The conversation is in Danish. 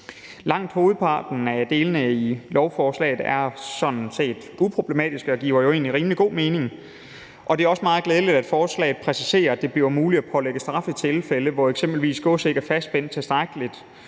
Langt hovedparten af delene i lovforslaget er sådan set uproblematiske og giver jo egentlig rimelig god mening. Og det er også meget glædeligt, at forslaget præciserer, at det bliver muligt at pålægge straf i tilfælde, hvor eksempelvis gods ikke er fastspændt tilstrækkeligt,